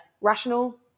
rational